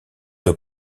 pas